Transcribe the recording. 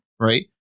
right